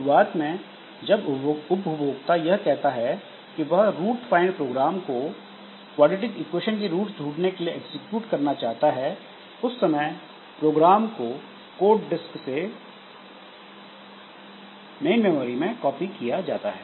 शुरुआत में जब उपभोक्ता यह कहता है कि वह रूट फाइंड प्रोग्राम को क्वाड्रेटिक इक्वेशन की रूट्स ढूंढने के लिए एग्जीक्यूट करना चाहता है उस समय प्रोग्राम का कोड डिस्क से मेन मेमोरी में कॉपी किया जाता है